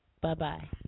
Bye-bye